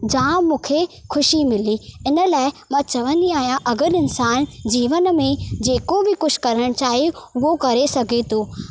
जामु मूंखे ख़ुशी मिली इन लाइ मां चवंदी आहियां अगरि इंसानु जीवन में जेको बि कुझु करणु चाहे उहो करे सघे थो